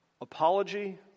apology